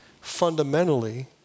fundamentally